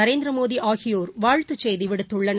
நரேந்திரமோடி ஆகியோர் வாழ்த்து செய்தி விடுத்துள்ளனர்